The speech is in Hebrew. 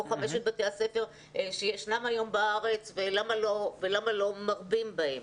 חמשת בתי הספר שיש היום בארץ ולמה לא מרבים בהם.